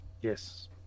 Yes